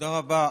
תודה רבה,